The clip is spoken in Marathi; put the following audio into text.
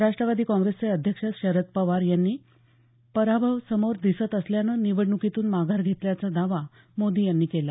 राष्ट्रवादी काँग्रेसचे अध्यक्ष शरद पवार यांनी पराभव समोर दिसत असल्यानं निवडणुकीतून माघार घेतल्याचा दावा मोदी यांनी केला